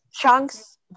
chunks